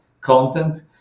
content